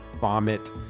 vomit